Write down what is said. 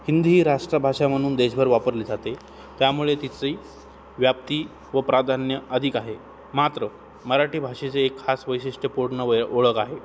हिंदी ही राष्ट्रभाषा म्हणून देशभर वापरली जाते त्यामुळे तिची व्याप्ती व प्राधान्य अधिक आहे मात्र मराठी भाषेचे एक खास वैशिष्ट्य पूर्ण वय ओळख आहे